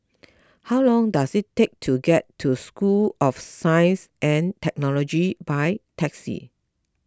how long does it take to get to School of Science and Technology by taxi